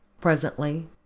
Presently